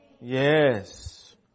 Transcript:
Yes